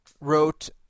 wrote